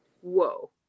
whoa